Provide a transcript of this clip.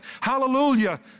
Hallelujah